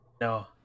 No